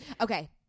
Okay